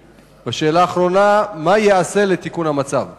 4. מה ייעשה לתיקון המצב?